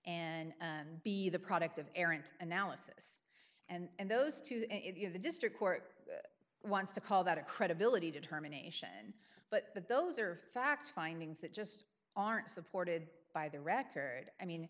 and be the product of errant analysis and those to the district court wants to call that a credibility determination but those are facts findings that just aren't supported by the record i mean